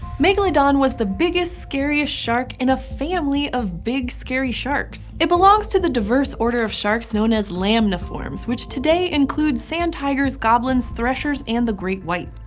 megalodon was the biggest, scariest shark in a family of big, scary sharks. it belongs to the diverse order of sharks known as lamniformes, which today includes sand tigers, goblins, threshers, and the great white.